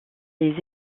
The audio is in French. les